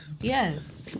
yes